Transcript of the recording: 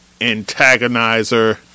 antagonizer